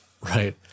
Right